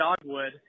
Dogwood